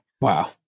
Wow